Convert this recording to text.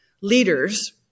leaders